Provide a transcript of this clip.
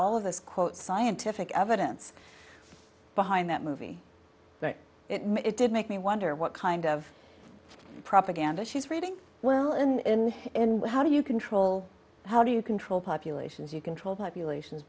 all of this quote scientific evidence behind that movie but it did make me wonder what kind of it's propaganda she's reading well in how do you control how do you control populations you control populations